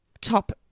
top